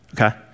okay